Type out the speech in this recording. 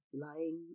lying